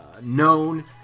known